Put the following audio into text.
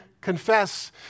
confess